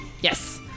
yes